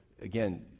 again